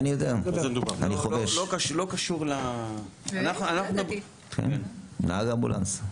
אני יודע, אני חובש ונהג אמבולנס.